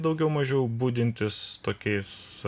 daugiau mažiau budintis tokiais